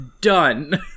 done